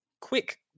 quick